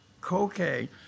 cocaine